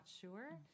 sure